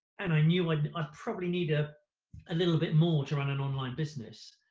and i knew i'd ah probably need a ah little bit more to run an online business,